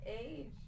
age